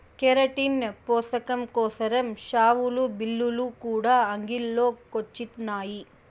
keratin పోసకం కోసరం షావులు, బిల్లులు కూడా అంగిల్లో కొచ్చినాయి